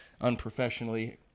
Unprofessionally –